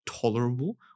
tolerable